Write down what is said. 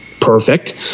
perfect